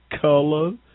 color